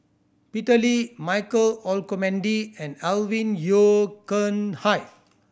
Peter Lee Michael Olcomendy and Alvin Yeo Khirn Hai